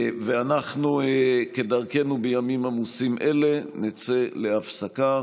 אנחנו, כדרכנו בימים עמוסים אלה, נצא להפסקה